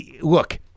look